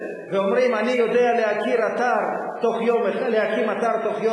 ואומרים: אני יודע להקים אתר תוך יום אחד,